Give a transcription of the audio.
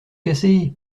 casser